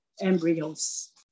embryos